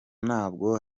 ntabwo